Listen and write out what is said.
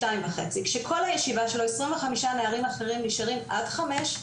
כשכל הישיבה שלו 25 נערים אחרים נשארים עד חמש,